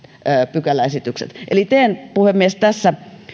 pykäläesitykset eli teen puhemies tässä